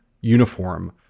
uniform